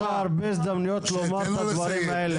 יש לך הרבה הזדמנויות לומר את הדברים האלה.